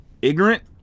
Ignorant